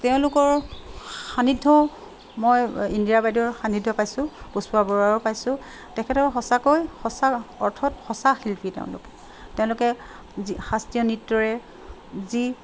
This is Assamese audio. তেওঁলোকৰ সান্নিধ্য মই ইন্দিৰা বাইদেউৰ সান্নিধ্য পাইছোঁ পুষ্পা বৰুৱাৰো পাইছোঁ তেখেতৰ সঁচাকৈ সঁচা অৰ্থত সঁচা শিল্পী তেওঁলোকে তেওঁলোকে যি শাস্ত্ৰীয় নৃত্যৰে যি